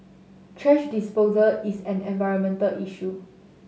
thrash disposal is an environmental issue